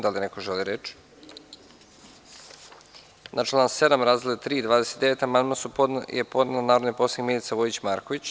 Da li neko želi reč? (Ne) Na član 7. razdele 3 i 29 amandman je podnela narodni poslanik Milica Vojić Marković.